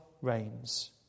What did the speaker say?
reigns